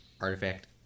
Artifact